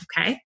okay